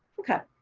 okay.